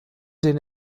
den